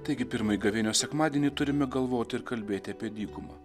taigi pirmąjį gavėnios sekmadienį turime galvoti ir kalbėti apie dykumą